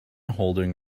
holding